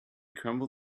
crumble